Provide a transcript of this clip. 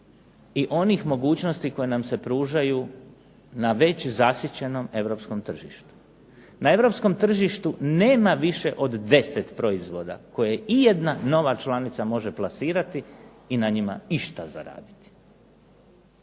i onih mogućnosti koje nam se pružaju na već zasićenom europskom tržištu. Na europskom tržištu nema više od 10 proizvoda koje i jedna nova članica može plasirati i na njima išta zaraditi,